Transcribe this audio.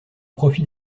profit